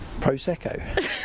Prosecco